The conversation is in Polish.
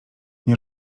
nie